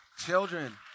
children